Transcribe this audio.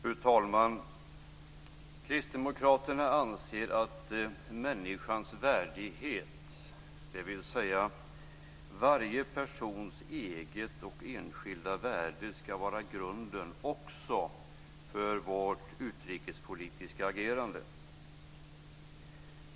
Fru talman! Kristdemokraterna anser att människans värdighet, dvs. varje persons eget och enskilda värde, ska vara grunden också för vårt utrikespolitiska agerande.